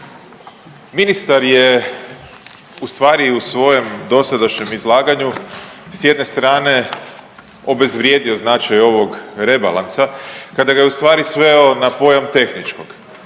ministar je ustvari u svojem dosadašnjem izlaganju s jedne strane obezvrijedio značaj ovog rebalansa kada ga je ustvari sveo na pojam tehničkog